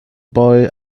boy